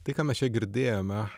tai ką mes čia girdėjome